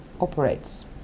operates